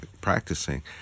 practicing